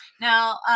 Now